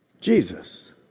Jesus